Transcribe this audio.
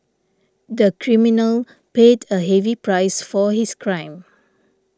the criminal paid a heavy price for his crime